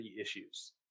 issues